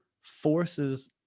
forces